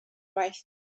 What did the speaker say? waith